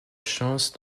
chance